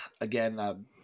again